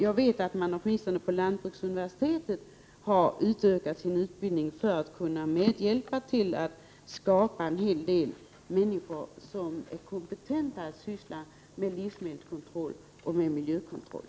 Jag vet att man, åtminstone på lantbruksuniversitetet, kan erbjuda utökad utbildning för att ge människor kompetens för att syssla med livsmedelskontroll och med miljökontroll.